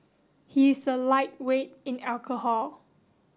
he is a lightweight in alcohol